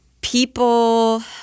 people